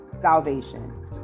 salvation